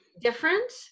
different